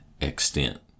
extent